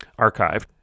archived